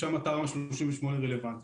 ששם התמ"א 38 רלוונטית.